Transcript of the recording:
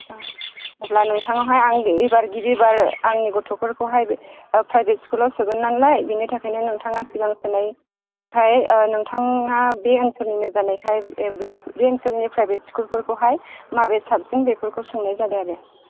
अब्ला नोंथाङाहाय आं एबार गिबिबार आंनि गथ'फोरखौहाय प्राइभेट स्कुलाव सोगोन नालाय बेनि थाखायनो नोंथाङा सिगां सोनायखाय नोंथाङा बे ओनसोलनिनो जानायखाय बे ओनसोलनि प्राइभेट स्कुलफोरखौहाय माबे साबसिन बेफोरखौ सोंनाय जादों आरो